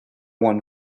one